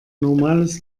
normales